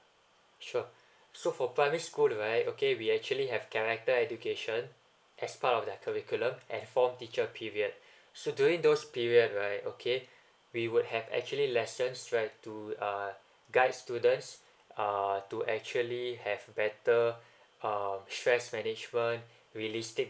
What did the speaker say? sure so for primary school right okay we actually have character education as part of their curriculum and form teacher period so during those period right okay we would have actually lesson straight to uh guide students uh to actually have better um stress management realistic